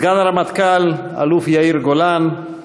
סגן הרמטכ"ל אלוף יאיר גולן,